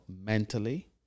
mentally